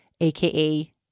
aka